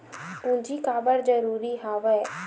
पूंजी काबर जरूरी हवय?